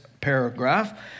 paragraph